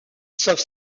sauve